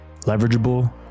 leverageable